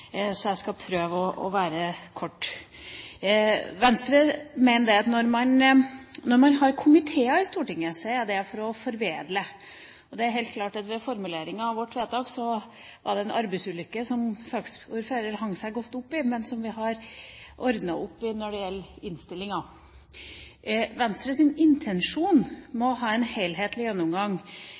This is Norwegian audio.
skal prøve å være kort. Venstre mener at når man har komiteer i Stortinget, er det for å foredle. Det er helt klart at ved formuleringen av vårt vedtak ble det en arbeidsulykke, som saksordføreren hang seg godt opp i, men som vi har ordnet opp i i innstillingen. Venstres intensjon med å ha en helhetlig gjennomgang